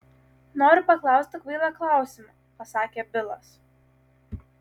noriu paklausti kvailą klausimą pasakė bilas